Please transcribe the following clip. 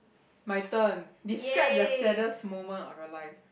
my turn describe the saddest moment of your life